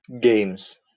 games